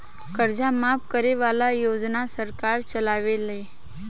कर्जा माफ करे वाला योजना सरकार चलावेले